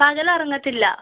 പകലുറങ്ങത്തില്ല